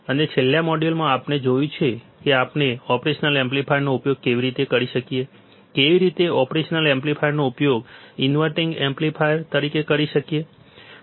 અને છેલ્લા મોડ્યુલમાં આપણે જોયું છે કે આપણે ઓપરેશનલ એમ્પ્લીફાયરનો ઉપયોગ કેવી રીતે કરી શકીએ કેવી રીતે ઓપરેશનલ એમ્પ્લીફાયરનો ઉપયોગ ઇન્વર્ટીંગ એમ્પ્લીફાયર તરીકે કરી શકીએ